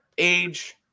Age